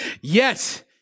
Yes